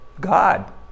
God